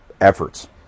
efforts